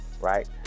right